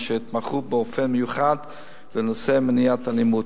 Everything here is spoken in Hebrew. התמחו באופן מיוחד בנושא מניעת אלימות.